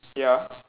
ya